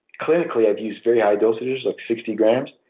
clinically i've used very high doses, like sixty grams,